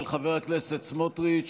של חבר הכנסת סמוטריץ',